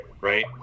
right